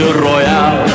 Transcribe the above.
Royal